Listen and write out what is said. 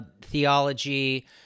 theology